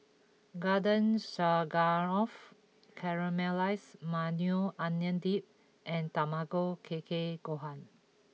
Garden Stroganoff Caramelized Maui Onion Dip and Tamago Kake Gohan